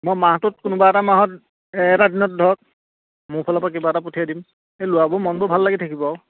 মই মাহটোত কোনোবা এটা মাহত এটা দিনত ধৰক মোৰ ফালৰ পৰা কিবা এটা পঠিয়াই দিম এই ল'ৰাবোৰৰ মনবোৰ ভাল লাগি থাকিব আৰু